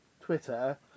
Twitter